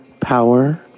power